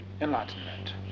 enlightenment